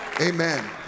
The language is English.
Amen